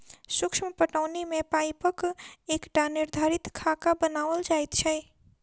सूक्ष्म पटौनी मे पाइपक एकटा निर्धारित खाका बनाओल जाइत छै